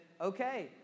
okay